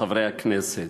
חברי הכנסת,